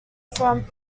from